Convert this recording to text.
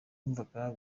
numvaga